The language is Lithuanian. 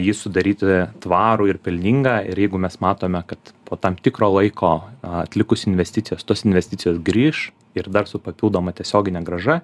jį sudaryti tvarų ir pelningą ir jeigu mes matome kad po tam tikro laiko atlikus investicijas tos investicijos grįš ir dar su papildoma tiesiogine grąža